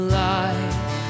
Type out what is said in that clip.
life